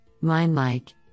mine-like